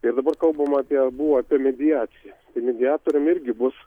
ir dabar kalbama apie buvo apie mediaciją tai mediatoriamirgi bus